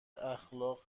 اخلاقی